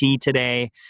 today